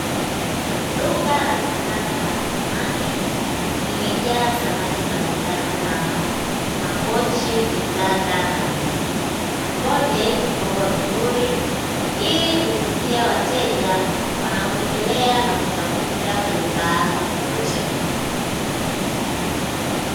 Duka la kisasa la samani limejaa samani mbali mbali kama makochi, vitanda na meza vyote vimepangwa vizuri ili kuvutia wateja wanaotembelea na kutafuta bidhaa za kuboresha nyumba.